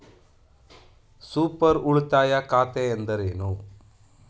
Super ಉಳಿತಾಯ ಖಾತೆ ಎಂದರೇನು?